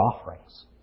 offerings